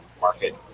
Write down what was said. market